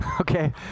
Okay